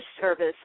service